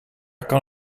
kan